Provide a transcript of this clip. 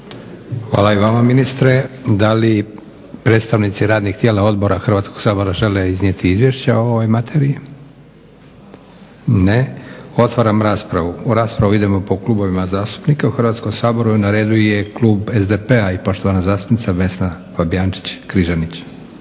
Hvala i vama ministre. Da li predstavnici radnih tijela odbora Hrvatskog sabora žele iznijeti izvješća o ovoj materiji? Ne. Otvaram raspravu. U raspravu idemo po klubovima zastupnika u Hrvatskom saboru. Na redu je klub SDP-a i poštovana zastupnica Vesna Fabijančić-Križanić.